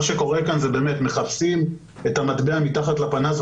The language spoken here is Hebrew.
מה שקורה כאן הוא שמחפשים את המטבע מתחת לפנס.